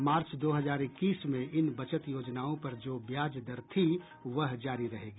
मार्च दो हजार इक्कीस में इन बचत योजनाओं पर जो ब्याज दर थी वह जारी रहेगी